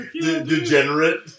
Degenerate